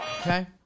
Okay